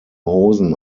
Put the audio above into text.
hosen